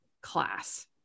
class